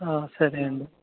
సరే అండి